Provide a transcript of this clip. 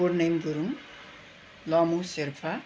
Purne Gurung Lamu Sherpa